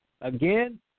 Again